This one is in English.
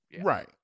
Right